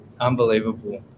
Unbelievable